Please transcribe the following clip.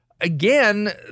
Again